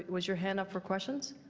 was your hand up for questions?